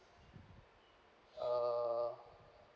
uh